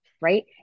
right